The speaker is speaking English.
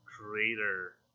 creator